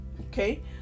okay